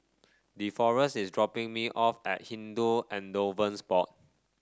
Deforest is dropping me off at Hindu Endowments Board